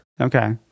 Okay